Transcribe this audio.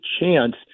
chance